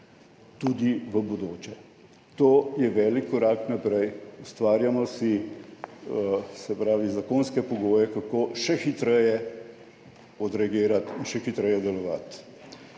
tudi v bodoče. To je velik korak naprej. Ustvarjamo si zakonske pogoje, kako še hitreje odreagirati in še hitreje delovati.